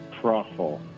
Truffle